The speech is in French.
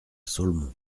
ceaulmont